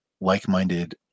like-minded